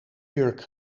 jurk